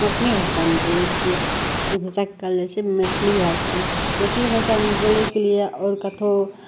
हम अपने भाषामे बोलै छियै घुसक कहल जाइ छै मैथिली भाषा मैथिली भाषामे बोलैके लिए आओर कतहो